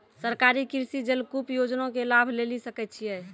सरकारी कृषि जलकूप योजना के लाभ लेली सकै छिए?